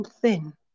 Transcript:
thin